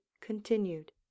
continued